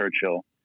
Churchill